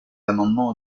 amendements